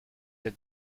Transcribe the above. êtes